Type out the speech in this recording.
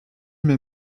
mes